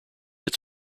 its